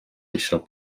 eisiau